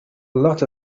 lot